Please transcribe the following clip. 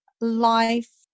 life